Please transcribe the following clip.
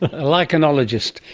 a lichenologist.